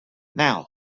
now